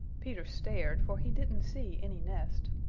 peter stared, for he didn't see any nest.